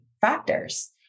factors